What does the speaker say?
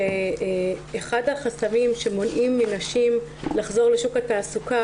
שאחד החסמים שמונעים מנשים לחזור לשוק התעסוקה